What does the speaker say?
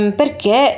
perché